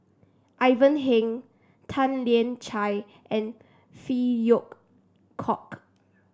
Ivan Heng Tan Lian Chye and Phey Yew Kok